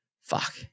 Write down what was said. fuck